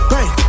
Bang